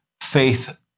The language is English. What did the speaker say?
faith